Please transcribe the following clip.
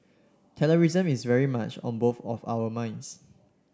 terrorism is very much on both of our minds